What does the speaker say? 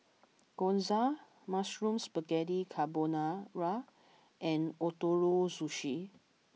Gyoza Mushroom Spaghetti Carbonara and Ootoro Sushi